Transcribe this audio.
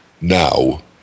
now